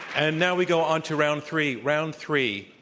and now we go on to round three. round three.